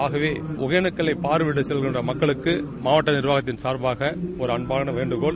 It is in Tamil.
ஆகவே ஒகேனக்கல்லை பார்வையிட செல்கின்ற மக்களுக்கு மாவட்ட நீர்வாகம் சார்பாக ஒரு அன்பான வேண்டுகோள்